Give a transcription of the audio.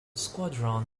squadron